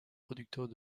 producteurs